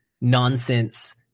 nonsense